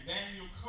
Daniel